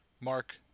Mark